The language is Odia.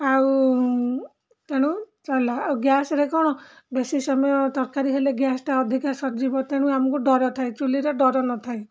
ଆଉ ତେଣୁ ଆଉ ଗ୍ୟାସ୍ରେ କ'ଣ ବେଶୀ ସମୟ ତରକାରୀ ହେଲେ ଗ୍ୟାସ୍ଟା ଅଧିକା ସରିଜିବ ତେଣୁ ଆମକୁ ଡର ଥାଏ ଚୁଲିରେ ଡର ନଥାଏ